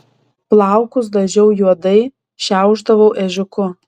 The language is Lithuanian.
plaukus dažiau juodai šiaušdavau ežiuku